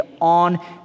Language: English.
on